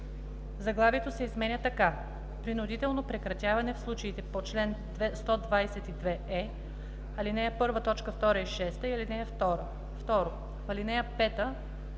Заглавието се изменя така: